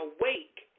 awake